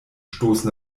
stoßen